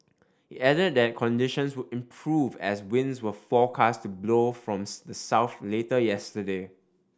it added that conditions would improve as winds were forecast to blow from the south later yesterday